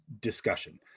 discussion